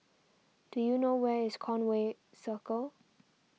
do you know where is Conway Circle